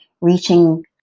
Reaching